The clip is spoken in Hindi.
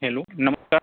हेलो नमस्कार